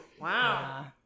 wow